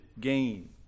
gain